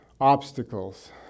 Obstacles